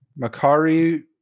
Makari